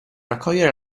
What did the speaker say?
raccogliere